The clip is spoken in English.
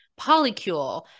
polycule